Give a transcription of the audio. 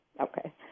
Okay